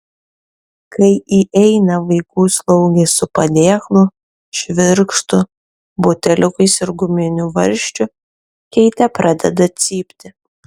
kai įeina vaikų slaugė su padėklu švirkštu buteliukais ir guminiu varžčiu keitė pradeda cypti